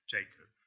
Jacob